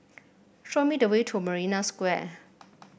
show me the way to Marina Square